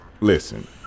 Listen